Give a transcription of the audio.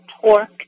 torque